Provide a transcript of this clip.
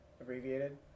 abbreviated